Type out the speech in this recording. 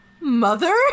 Mother